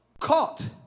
caught